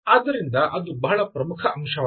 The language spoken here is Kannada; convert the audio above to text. ಆದ್ದರಿಂದ ಅದು ಬಹಳ ಪ್ರಮುಖ ಅಂಶವಾಗಿದೆ